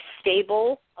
stable